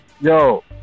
Yo